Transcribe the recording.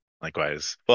Likewise